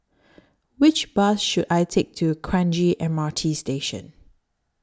Which Bus should I Take to Kranji M R T Station